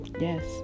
Yes